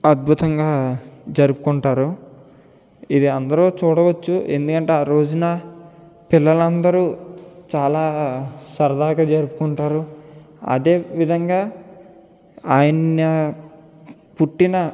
అద్భుతంగా జరుపుకుంటారు ఇది అందరూ చూడవచ్చు ఎందుకంటే ఆ రోజున పిల్లలు అందరూ చాలా సరదాగా జరుపుకుంటారు అదే విధంగా ఆయన పుట్టిన